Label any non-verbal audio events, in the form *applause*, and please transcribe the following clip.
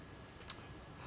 *noise*